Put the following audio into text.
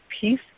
peace